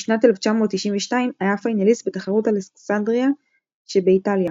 בשנת 1992 היה פיינליסט בתחרות אלסנדריה שבאיטליה,